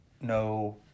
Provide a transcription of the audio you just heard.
no